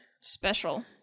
special